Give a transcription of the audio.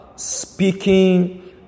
speaking